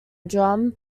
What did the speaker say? drum